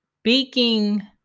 speaking